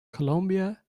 colombia